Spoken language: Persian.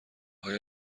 آیا